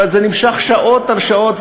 וזה נמשך שעות על שעות,